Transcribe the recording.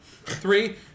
Three